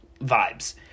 vibes